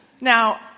Now